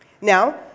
Now